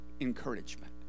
encouragement